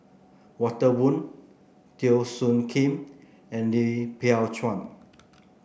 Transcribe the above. Walter Woon Teo Soon Kim and Lim Biow Chuan